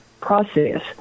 process